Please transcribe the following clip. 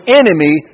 enemy